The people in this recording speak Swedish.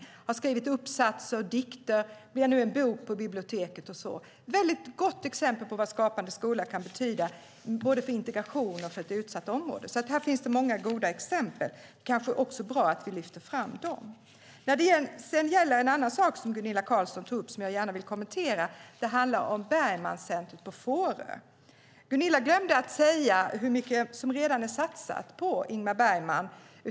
Man har skrivit uppsatser och dikter som nu är en bok på biblioteket. Det är ett gott exempel på vad Skapande skola kan betyda både för integration och för ett utsatt område. Här finns det många goda exempel, och det kanske också är bra att vi lyfter fram dem. Jag vill också kommentera en annan sak som Gunilla Carlsson tog upp. Det handlar om Bergmancentret på Fårö. Gunilla glömde att säga hur mycket som redan är satsat på Ingmar Bergman.